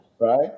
right